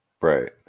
Right